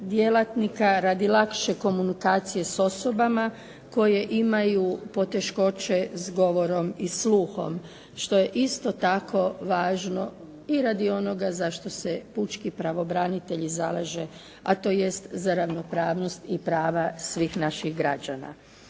djelatnika radi lakše komunikacije s osobama koje imaju poteškoće s govorom i sluhom što je isto tako važno i radi onoga za što se pučki prvobranitelj i zalaže a tj. za ravnopravnost i prava svih naših građana.